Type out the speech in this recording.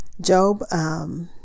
Job